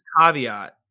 caveat –